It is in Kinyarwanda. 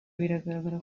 biragaragara